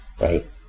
right